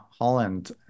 Holland